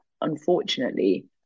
unfortunately